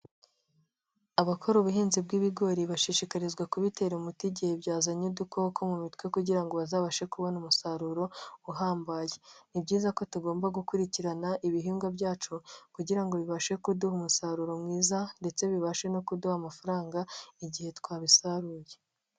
Abakora ubuhinzi bw'ibigori bashishikarizwa kubitera umuti igihe byazanye udukoko mu mitwe kugira ngo bazabashe kubona umusaruro uhambaye, ni byiza ko tugomba gukurikirana ibihingwa byacu, kugira ngo bibashe kuduha umusaruro mwiza, ndetse bibashe no kuduha amafaranga igihe twabisaruye.